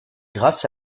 grâce